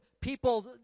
people